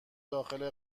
داخل